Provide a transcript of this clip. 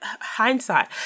hindsight